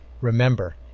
Remember